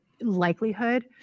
likelihood